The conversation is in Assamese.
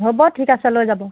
হ'ব ঠিক আছে লৈ যাব